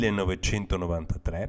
1993